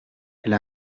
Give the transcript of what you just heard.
elle